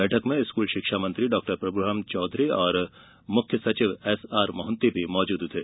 बैठक में स्कूल शिक्षा मंत्री डॉ प्रभुराम चौधरी और मुख्य सचिव एसआर मोहन्ती भी मौजूद थे